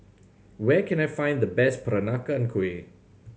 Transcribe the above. where can I find the best Peranakan Kueh